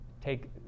take